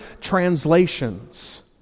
translations